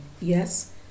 Yes